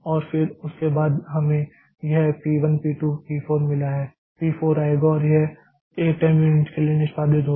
और फिर उसके बाद हमें यह P 1 P 2 P 4 मिला है P 4 आएगा और यह 1 टाइम यूनिट के लिए निष्पादित होगा